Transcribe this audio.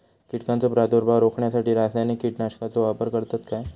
कीटकांचो प्रादुर्भाव रोखण्यासाठी रासायनिक कीटकनाशकाचो वापर करतत काय?